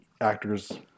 actors